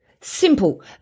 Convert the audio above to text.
Simple